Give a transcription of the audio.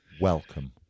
Welcome